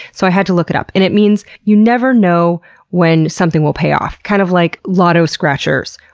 so i had to look it up. and it means you never know when something will pay off, kind of like lotto scratchers,